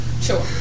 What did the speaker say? Sure